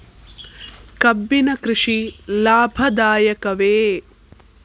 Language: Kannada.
ಕಬ್ಬಿನ ಕೃಷಿ ಲಾಭದಾಯಕವೇ?